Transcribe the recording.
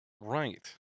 Right